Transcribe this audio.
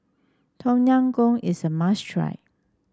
Tom Yam Goong is a must try